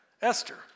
Esther